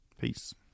Peace